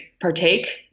partake